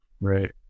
Right